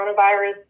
coronavirus